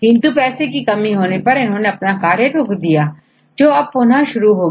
किंतु पैसे की कमी से इन्होंने अपना कार्य रोक दिया था जो अब पुनः शुरू हो गया है